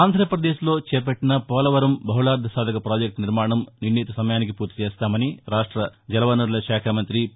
ఆంద్రాపదేశ్ లో చేపట్టిన పోలవరం బహుళార్ధ సాధక ప్రాజక్టు నిర్మాణం నిర్ణీత సమయానికి పూర్తి చేస్తామని రాష్ట జలవనరుల శాఖా మంతి పి